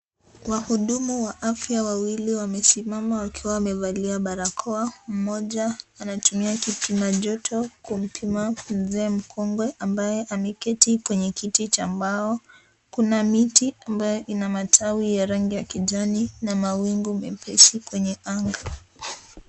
Wahudumu wa afya wawili wamesimama wakiwa wamevalia barakoa. Mmoja anatumia kipima njoto kumpima mzee mkongwe ambaye ameketi kwenye kiti cha mbao. Kuna miti ambayo ina matawi ya rangi ya kijani na mawigu mepesi kwenye anga.